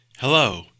Hello